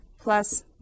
plus